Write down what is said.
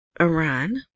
iran